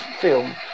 film